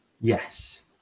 Yes